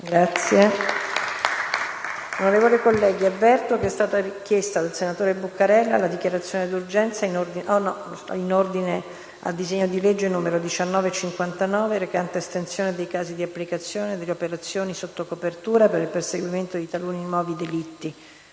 Onorevoli colleghi, avverto che è stata chiesta dal senatore Buccarella la dichiarazione d'urgenza in ordine al disegno di legge n. 1959, recante l'estensione dei casi di applicazione delle operazioni sotto copertura per il perseguimento di taluni nuovi delitti.